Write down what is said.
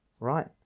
right